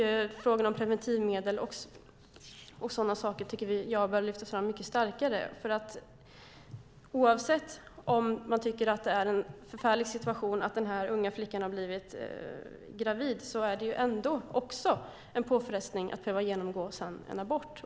Frågan om preventivmedel och sådana saker tycker jag bör lyftas fram mycket starkare. Även om man tycker att det är en förfarlig situation att den unga flickan har blivit gravid är det också en påfrestning att sedan behöva genomgå en abort.